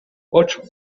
ocho